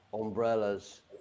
umbrellas